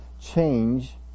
change